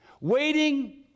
Waiting